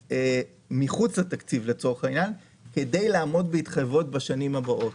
מחוץ לתקציב לצורך העניין כדי לעמוד בהתחייבויות בשנים הבאות,